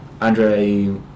Andre